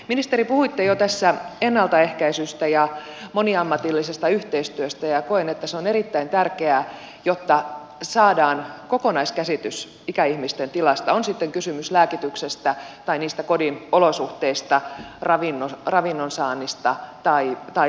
ministeri puhuitte jo tässä ennaltaehkäisystä ja moniammatillisesta yhteistyöstä ja koen että se on erittäin tärkeää jotta saadaan kokonaiskäsitys ikäihmisten tilasta on sitten kysymys lääkityksestä tai kodin olosuhteista ravinnonsaannista tai liikkumisesta